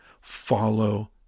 follow